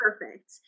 perfect